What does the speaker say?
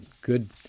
good